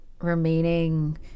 remaining